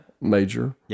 major